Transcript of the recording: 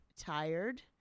tired